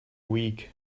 week